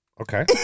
Okay